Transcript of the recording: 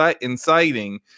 inciting